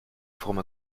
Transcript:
forme